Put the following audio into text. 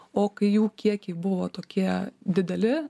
o kai jų kiekiai buvo tokie dideli